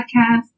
podcast